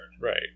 Right